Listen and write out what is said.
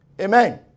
Amen